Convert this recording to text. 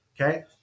okay